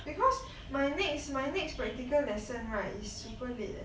because my next my next practical lesson right is super late leh